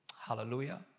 Hallelujah